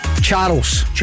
Charles